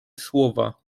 słowa